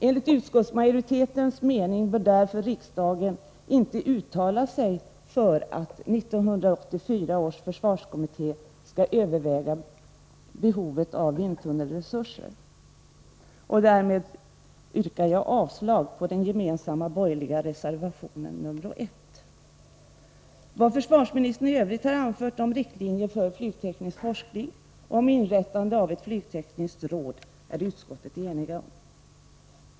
Enligt utskottsmajoritetens mening bör därför riksdagen inte uttala sig för att 1984 års försvarskommitté skall överväga behovet av vindtunnelresurser. Därmed yrkar jag avslag på den gemensamma borgerliga reservationen nr t Vad försvarsministern i övrigt har anfört om riktlinjer för flygteknisk forskning och om inrättande av ett flygtekniskt råd är utskottet enigt om.